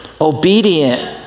obedient